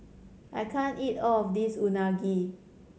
I can't eat all of this Unagi